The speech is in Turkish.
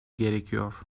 gerekiyor